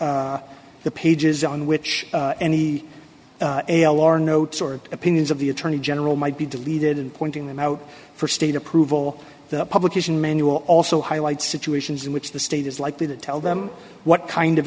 the pages on which any l r notes or opinions of the attorney general might be deleted and pointing them out for state approval the publication manual also highlight situations in which the state is likely to tell them what kind of